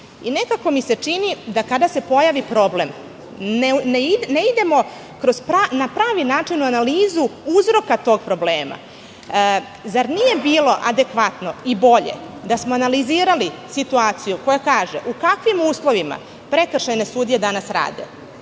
Nekako mi se čini da kada se pojavi problem ne idemo na pravi način u analizu uzroka tog problema. Zar nije bilo adekvatno i bolje da smo analizirali situaciju koja kaže u kakvim uslovima prekršajne sudije danas rade,